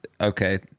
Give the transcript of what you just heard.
Okay